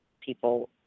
people